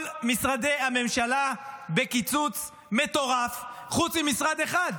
כל משרדי הממשלה בקיצוץ מטורף, חוץ ממשרד אחד,